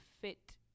fit